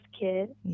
kid